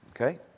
okay